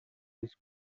his